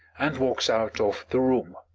and walks out of the room.